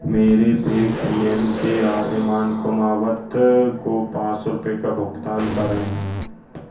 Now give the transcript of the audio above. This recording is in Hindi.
मेरे पेटीएम के आर्यमान कुमावत को पाँच सौ रुपये का भुगतान करें